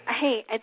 Hey